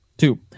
two